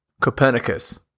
Copernicus